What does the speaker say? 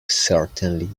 certainly